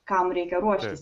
kam reikia ruoštis